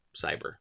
Cyber